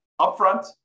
upfront